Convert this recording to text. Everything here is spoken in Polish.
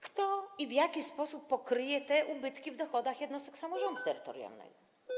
Kto i w jaki sposób pokryje te ubytki w dochodach jednostek samorządu terytorialnego?